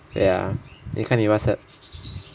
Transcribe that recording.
wait ah 你看你 Whatsapp